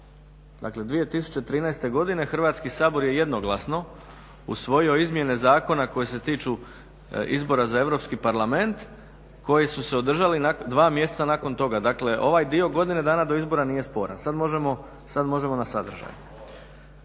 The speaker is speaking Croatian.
Dakle, 2013. godine Hrvatski sabor je jednoglasno usvojio izmjene zakona koje se tiču izbora za Europski parlament koji su se održali dva mjeseca nakon toga. Dakle, ovaj dio godine dana do izbora nije sporan. Sad možemo na sadržaj.